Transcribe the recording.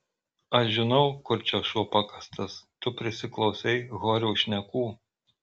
aš žinau kur čia šuo pakastas tu prisiklausei horio šnekų